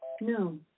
No